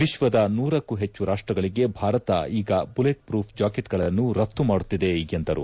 ವಿಶ್ವದ ನೂರಕ್ಕೂ ಹೆಚ್ಚು ರಾಷ್ಟಗಳಿಗೆ ಭಾರತ ಈಗ ಬುಲೆಟ್ ಪ್ರೂಫ್ ಜಾಕೆಟ್ಗಳನ್ನು ರಫ್ತು ಮಾಡುತ್ತಿದೆ ಎಂದರು